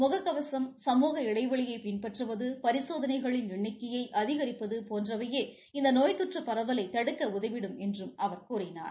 முக கவசம் சமூக இடைவெளியை பின்பற்றுவது பரிசோதனைகளின் எண்ணிக்கையை அதிகிப்பது போன்றவையே இந்த நோய் தொற்று பரவலை தடுக்க உதவிடும் என்றும் அவர் கூறினார்